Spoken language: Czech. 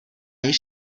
již